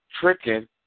tricking